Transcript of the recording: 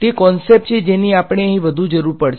તે કોંસેપ્ટ છે જેની આપણને અહીં વધુ જરૂર પડશે